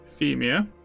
Femia